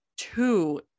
two